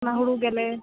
ᱚᱱᱟ ᱦᱩᱲᱩ ᱜᱮᱞᱮ